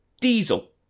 Diesel